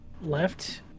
left